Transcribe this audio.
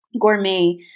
gourmet